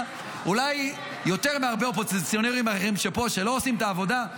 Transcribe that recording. אולי יותר מהרבה אופוזיציונרים אחרים פה שלא עושים את העבודה.